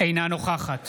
אינה נוכחת